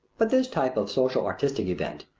but this type of social-artistic event,